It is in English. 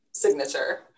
Signature